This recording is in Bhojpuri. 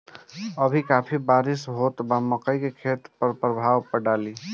अभी काफी बरिस होत बा मकई के खेत पर का प्रभाव डालि?